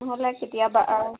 নহ'লে কেতিয়াবা